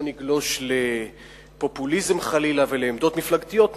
נגלוש לפופוליזם חלילה ולעמדות מפלגתיות,